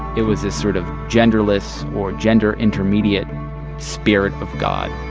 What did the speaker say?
it was this sort of genderless or gender-intermediate spirit of god